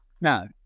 No